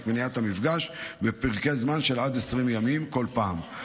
מניעת המפגש בפרקי זמן של עד 20 ימים כל פעם,